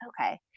okay